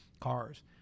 cars